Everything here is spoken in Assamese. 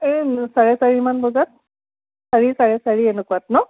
এই চাৰে চাৰিমান বজাত চাৰি চাৰে চাৰি এনেকুৱাত ন